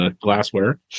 glassware